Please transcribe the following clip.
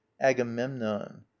Agamemnon